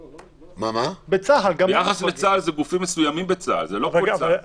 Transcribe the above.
מדובר על גופים מסוימים בצה"ל, זה לא בכל צה"ל.